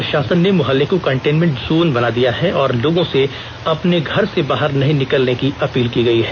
प्रशासन ने मुहल्ले को कंटेनमेंट जोन बना दिया है और लोगों से अपने घर से बाहर नहीं निकलने की अपील की गयी है